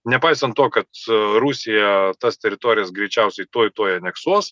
nepaisant to kad rusija tas teritorijas greičiausiai tuoj tuoj aneksuos